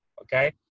okay